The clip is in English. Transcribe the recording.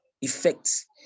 effects